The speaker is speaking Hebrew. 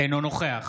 אינו נוכח